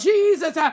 Jesus